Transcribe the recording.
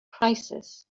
crisis